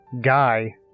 Guy